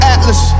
Atlas